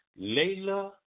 Layla